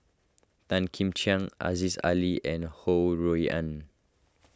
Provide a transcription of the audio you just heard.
Tan Kim Ching Aziza Ali and Ho Rui An